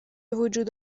وجود